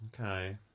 Okay